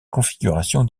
configuration